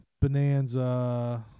Bonanza